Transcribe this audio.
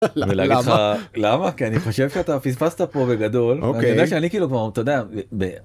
למה כי אני חושב שאתה פספסת פה בגדול אוקיי.